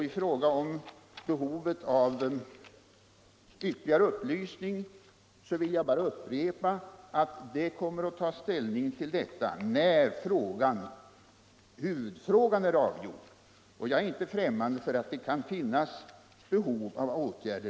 I fråga om behovet av ytterligare upplysning vill jag upprepa att ställning till den frågan kommer atl tas när huvudfrågan är avgjord. Jag är inte främmande för att det då kan finnas behov av ätgärder.